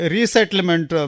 Resettlement